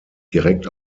direkt